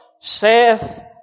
saith